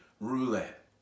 roulette